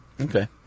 Okay